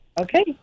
Okay